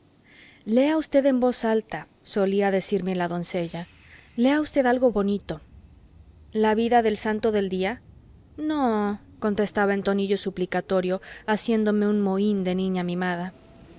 lea usted en voz alta solía decirme la doncella lea usted algo bonito la vida del santo del día no contestaba en tonillo suplicatorio haciéndome un mohín de niña mimada